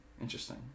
Interesting